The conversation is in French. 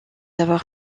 avoir